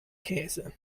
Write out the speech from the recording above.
käse